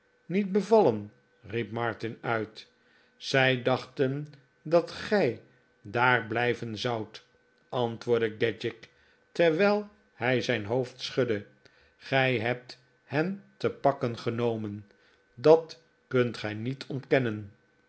niet bevallen riep martin uit f zij dachten dat gij daar blijven zoudt antwoordde kedgick terwijl hij zijn hoofd schudde gij hebt hen te pakken genomen dat kunt gij niet ontkennen